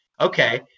Okay